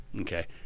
Okay